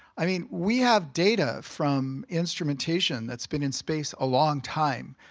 i mean, we have data from instrumentation that's been in space a long time,